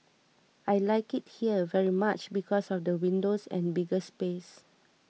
I like it here very much because of the windows and bigger space